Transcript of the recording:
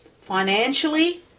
financially